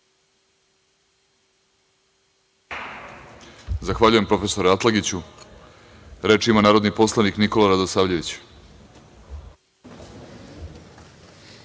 Zahvaljujem prof. Atlagiću. Reč ima narodni poslanik Nikola Radosavljević.